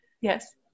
Yes